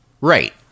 right